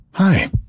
Hi